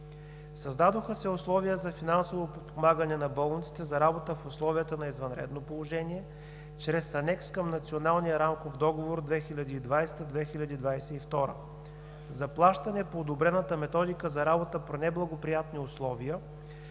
Създадоха се условия за финансово подпомагане на болниците за работа в условията на извънредно положение чрез анекс към Националния рамков договор 2020 – 2022 г. Заплащане по одобрената методика за работа при неблагоприятни условия